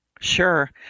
Sure